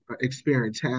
experience